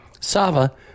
Sava